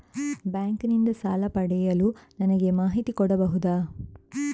Bank ನಿಂದ ಸಾಲ ಪಡೆಯಲು ನನಗೆ ಮಾಹಿತಿ ಕೊಡಬಹುದ?